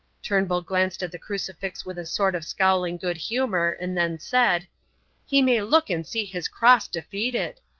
turnbull glanced at the crucifix with a sort of scowling good-humour and then said he may look and see his cross defeated.